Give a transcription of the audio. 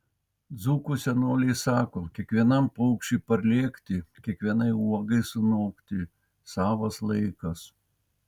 dzūkų senoliai sako kiekvienam paukščiui parlėkti kiekvienai uogai sunokti savas laikas